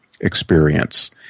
experience